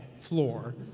floor